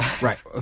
Right